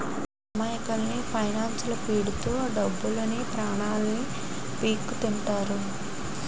అమాయకుల్ని ఫైనాన్స్లొల్లు పీడిత్తు డబ్బుని, పానాన్ని పీక్కుతింటారు